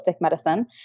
medicine